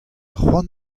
cʼhoant